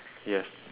yes